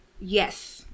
yes